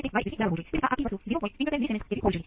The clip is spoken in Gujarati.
તેથી સામાન્ય રીતે જો તમારી પાસે જમણી બાજુએ માત્ર ચલો છે